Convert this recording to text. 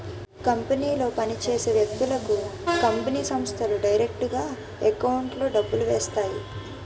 కంపెనీలో పని చేసే వ్యక్తులకు కంపెనీ సంస్థలు డైరెక్టుగా ఎకౌంట్లో డబ్బులు వేస్తాయి